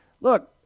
look